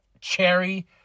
cherry